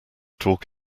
talk